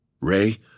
Ray